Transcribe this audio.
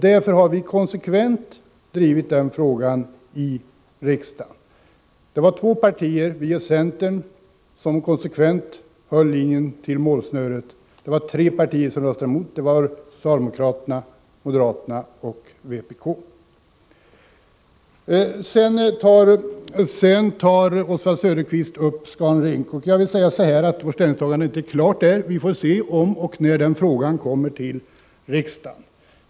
Därför har vi konsekvent drivit den frågan i riksdagen. Det var två partier, folkpartiet och centern, som konsekvent följde linjen fram till målsnöret. Det var tre partier som röstade emot. Dessa var socialdemokraterna, moderaterna och vpk. Sedan tog Oswald Söderqvist upp Scan Link. Beträffande den frågan kan jag säga att vi inte har tagit ställning än. Vi får se om och när den frågan kommer till riksdagen.